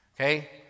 Okay